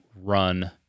run